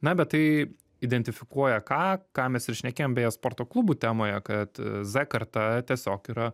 na bet tai identifikuoja ką ką mes ir šnekėjom beje sporto klubų temoje kad z karta tiesiog yra